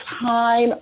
time